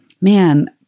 Man